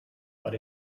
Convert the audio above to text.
but